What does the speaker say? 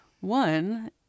One